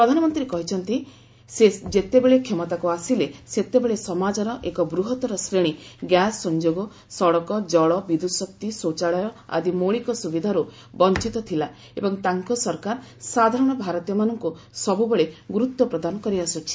ପ୍ରଧାନମନ୍ତ୍ରୀ କହିଛନ୍ତି ସେ ଯେତେବେଳେ କ୍ଷମତାକୁ ଆସିଲେ ସେତେବେଳେ ସମାଜର ଏକ ବୃହତ୍ତର ଶ୍ରେଣୀ ଗ୍ୟାସ୍ ସଂଯୋଗ ସଡ଼କ ଜଳ ବିଦ୍ୟୁତ୍ ଶକ୍ତି ଶୌଚାଳୟ ଆଦି ମୌଳିକ ସୁବିଧାରୁ ବଞ୍ଚିତ ଥିଲା ଏବଂ ତାଙ୍କ ସରକାର ସାଧାରଣ ଭାରତୀୟମାନଙ୍କୁ ସବୁବେଳେ ଗୁରୁତ୍ୱ ପ୍ରଦାନ କରିଆସ୍କୁଛି